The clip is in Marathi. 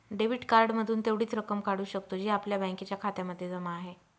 डेबिट कार्ड मधून तेवढीच रक्कम काढू शकतो, जी आपल्या बँकेच्या खात्यामध्ये जमा आहे